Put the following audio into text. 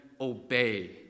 obey